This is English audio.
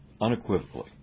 unequivocally